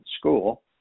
school